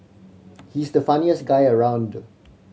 he's the funniest guy around